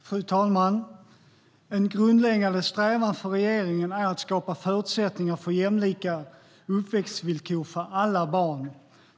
Fru talman! En grundläggande strävan för regeringen är att skapa förutsättningar för jämlika uppväxtvillkor för alla barn.